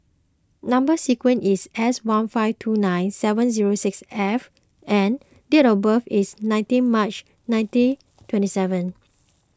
Number Sequence is S one five two nine seven zero six F and date of birth is nineteen March nineteen twenty seven